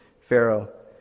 Pharaoh